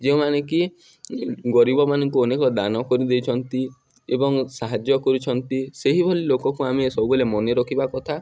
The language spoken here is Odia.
ଯେଉଁମାନେ କି ଗରିବମାନଙ୍କୁ ଅନେକ ଦାନ କରିଦେଇଛନ୍ତି ଏବଂ ସାହାଯ୍ୟ କରୁଛନ୍ତି ସେହିଭଳି ଲୋକକୁ ଆମେ ସବୁବେଲେ ମନେ ରଖିବା କଥା